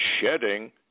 shedding